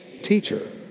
teacher